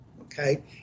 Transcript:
Okay